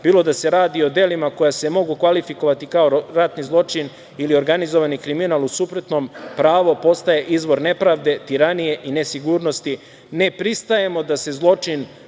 bilo da se radi o delima koja se mogu kvalifikovati kao ratni zločin ili organizovani kriminal. U suprotnom, pravo postaje izvor nepravde, tiranije i nesigurnosti. Ne pristajemo da se zločin